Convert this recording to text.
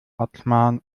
adschman